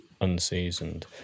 Unseasoned